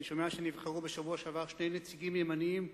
אני שומע שנבחרו בשבוע שעבר שני נציגים ימניים